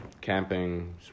camping